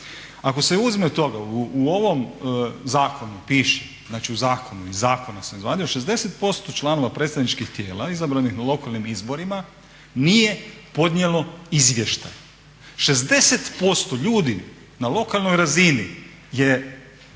Ako se uzme to, u ovom zakonu piše, znači u zakonu, iz zakona sam izvadio, 60% članova predsjedničkih tijela izabranih na lokalnim izborima nije podnijelo izvještaj. 60% ljudi na lokalnoj razini je